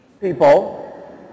People